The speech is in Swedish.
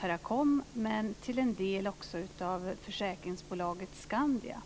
Teracom men till en del också av försäkringsbolaget Skandia.